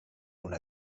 una